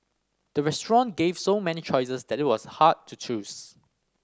the restaurant gave so many choices that it was hard to choose